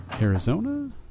Arizona